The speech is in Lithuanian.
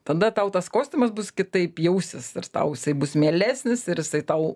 tada tau tas kostiumas bus kitaip jausis ir tau jisai bus mielesnis ir jisai tau